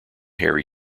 harry